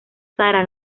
sara